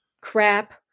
crap